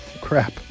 Crap